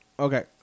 Okay